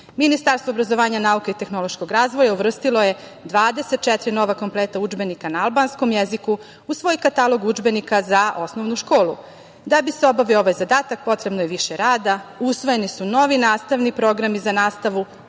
pohvala. Ministarstvo obrazovanja, nauke i tehnološkog razvoja, uvrstilo je 24 novih kompleta udžbenika na albanskom jeziku, u svoj katalog udžbenika za osnovnu školu, da bi se obavio ovaj zadatak, potrebno je više rada, usvojeni su novi nastavni programi za nastavu